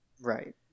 Right